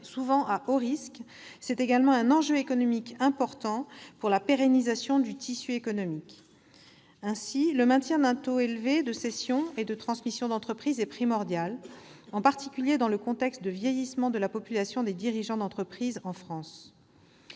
souvent à haut risque. C'est également un enjeu économique important pour la pérennisation du tissu économique. Ainsi, le maintien d'un taux élevé de cession et de transmission d'entreprises est primordial, en particulier dans le contexte de vieillissement de la population des dirigeants d'entreprise en France.